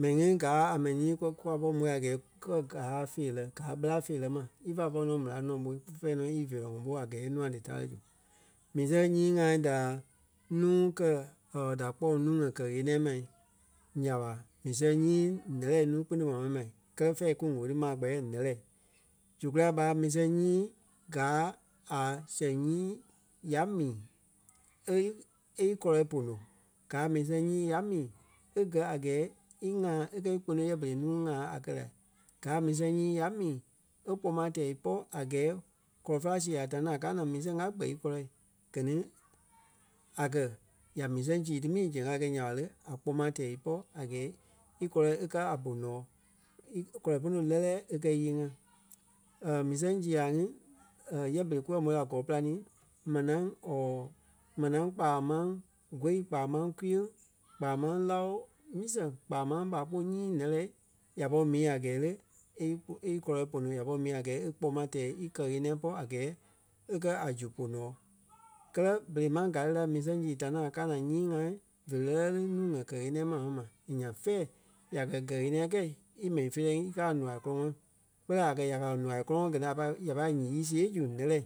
M̀ɛnii ŋí gaa a mɛni nyii ku- kúfa pɔri môi a gɛɛ kúwɔ gaa feerɛ gáa béla feerɛ ma. Ífa pɔri nɔ méla tɔnɔ ɓoi fɛ́ɛ nɔ í veerɛ ŋɔɔ ɓó a gɛɛ nûa dí táre zu. Mii sɛŋ nyii ŋa da núu kɛ̀ or da kpɔŋ nuu ŋa kɛ-ɣeniɛi ma nya ɓa mii sɛŋ nyii ǹɛ́lɛɛ nuu-kpune maa mɛni ma. Kɛ́lɛ fɛ̂ɛ kú ŋ̀óo ti maa kpɛɛ ǹɛ́lɛɛ. Zu ɓa mii sɛŋ nyii gaa a sɛŋ nyii ya mii e- e- íkɔlɛ pono gaa a mii sɛŋ nyii ya mii e gɛ́ a gɛɛ í ŋãa e kɛ̀ í kponoi yɛ berei nuu ŋãa a kɛ́ la. Gáa a mii sɛŋ nyii ya mii e kpoma tɛɛ ípɔ a gɛɛ kɔlɔ-fela sii ŋí ta ni ŋí kaa naa mii sɛŋ a gbɛ́ɛ íkɔlɛ. Gɛ ni, a kɛ̀ ya mii sɛŋ sii ti mii zɛŋ a kɛ nya nya ɓa le a kpoma tɛɛ ípɔ a gɛɛ íkɔlɛ e káa a bonoɔɔ. I- kɔlɛ póno lɛ́lɛɛ e kɛ́ íyee-ŋa mii sɛŋ sii ŋai ŋí yɛ berei kukɛ mó la gɔ́ɔ-pîlanii manaa or manaa kpaa máŋ gói kpaa máŋ kwiyeŋ kpaa máŋ láo mii sɛŋ kpaa máŋ ɓá kpoŋ nyii lɛ́lɛɛ ya pɔri mii a gɛɛ le, e- e- íkɔlɛ póno ya pɔri mii a gɛɛ e kpoma tɛɛ íkɛ ɣeniɛi pɔ́ a gɛɛ e kɛ̀ a zu ponoɔɔ. Kɛ́lɛ berei máŋ gaa la mii sɛŋ sii da ní ŋai káa naa nyii ŋai ve lɛ́lɛɛ ní nuu ŋa kɛ-ɣeniɛi maa mɛni ma. Nyaŋ fɛ́ɛ ya kɛ́ kɛ-ɣeniɛi kɛ́i í mɛni feerɛi ŋí í káa a noai kɔlɔŋɔɔ kpɛɛ la a kɛ̀ ya ka noai kɔ́lɔŋɔɔ gɛ ni a pai ya pâi nyii siɣe zu nɛ́lɛɛ.